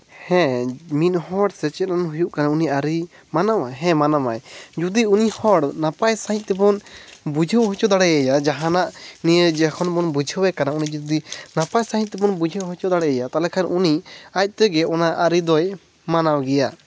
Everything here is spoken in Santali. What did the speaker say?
ᱦᱮᱸ ᱢᱤᱫ ᱦᱚᱲ ᱥᱮᱪᱮᱫᱼᱟᱱ ᱦᱩᱭᱩᱜ ᱠᱟᱱᱟ ᱩᱱᱤ ᱟᱹᱨᱤ ᱢᱟᱱᱟᱣᱟᱭ ᱦᱮᱸ ᱢᱟᱱᱟᱣᱟᱭ ᱡᱩᱫᱤ ᱩᱱᱤ ᱦᱚᱲ ᱱᱟᱯᱟᱭ ᱥᱟᱺᱦᱤᱡ ᱛᱮᱵᱚᱱ ᱵᱩᱡᱷᱟᱹᱣ ᱦᱚᱪᱚ ᱫᱟᱲᱮᱭᱟ ᱡᱟᱦᱟᱱᱟᱜ ᱱᱤᱭᱟᱹ ᱡᱚᱠᱷᱚᱱ ᱵᱚᱱ ᱵᱩᱡᱷᱟᱹᱣ ᱠᱟᱱᱟ ᱩᱱᱤ ᱡᱩᱫᱤ ᱱᱟᱯᱟᱭ ᱥᱟᱺᱦᱤᱡ ᱛᱮᱵᱚᱱ ᱵᱩᱡᱷᱟᱹᱣ ᱦᱚᱪᱚ ᱫᱟᱲᱮᱣᱟᱭᱟ ᱛᱟᱦᱚᱞᱮ ᱠᱷᱟᱱ ᱩᱱᱤ ᱟᱡᱛᱮᱜᱮ ᱚᱱᱟ ᱟᱹᱨᱤ ᱫᱚᱭ ᱢᱟᱱᱟᱣ ᱜᱮᱭᱟ